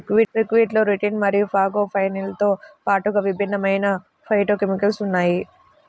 బుక్వీట్లో రుటిన్ మరియు ఫాగోపైరిన్లతో పాటుగా విభిన్నమైన ఫైటోకెమికల్స్ ఉన్నాయి